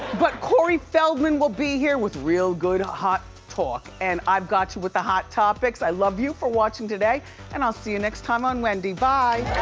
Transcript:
but corey feldman will be here with real good hot talk and i've got you with the hot topics. i love you for watching today and i'll see you next time on wendy, bye.